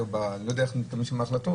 אני לא יודע איך מתקבלות ההחלטות